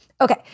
Okay